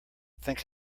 think